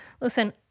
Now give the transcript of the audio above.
Listen